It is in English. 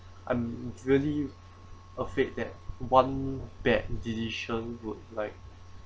I'm really afraid that one bad decision would like